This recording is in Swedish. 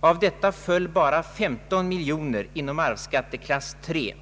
Av detta föll bara 15 miljoner kronor inom arvsskatteklass 3,